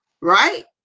right